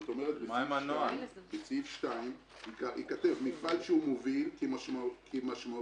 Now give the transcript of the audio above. כלומר בסעיף 2 ייכתב: מפעל שהוא מוביל כמשמעותו